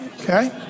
Okay